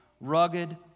rugged